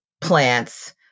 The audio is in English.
plants